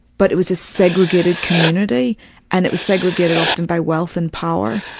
but it was a segregated community and it was segregated often by wealth and power.